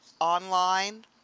online